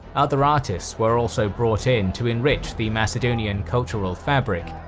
other artists were also brought in to enrich the macedonian cultural fabric,